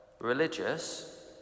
religious